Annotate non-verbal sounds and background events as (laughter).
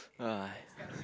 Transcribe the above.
(breath)